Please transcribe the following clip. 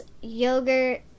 Yogurt